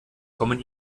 kommen